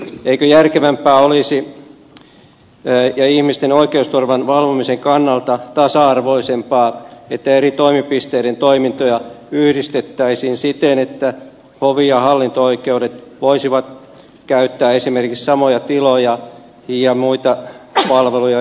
eikö järkevämpää olisi ja ihmisten oikeusturvan valvomisen kannalta tasa arvoisempaa että eri toimipisteiden toimintoja yhdistettäisiin siten että hovi ja hallinto oikeudet voisivat käyttää esimerkiksi samoja tiloja ja muita palveluja yhdessä